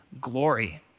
glory